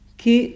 que